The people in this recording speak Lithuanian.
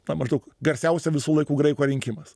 na maždaug garsiausia visų laikų graiko rinkimas